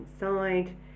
inside